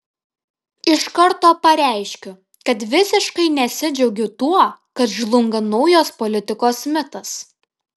iš karto pareiškiu kad visiškai nesidžiaugiu tuo kad žlunga naujos politikos mitas